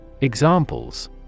Examples